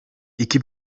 iki